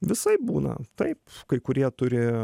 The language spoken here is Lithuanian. visaip būna taip kai kurie turi